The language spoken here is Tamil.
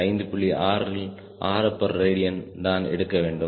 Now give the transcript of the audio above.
6 பெர் ரேடியன் தான் எடுக்க வேண்டும்